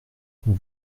qu’on